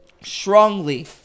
strongly